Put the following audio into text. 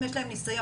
האם יש להם ניסיון.